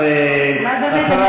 אז השרה מציעה,